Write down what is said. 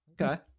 Okay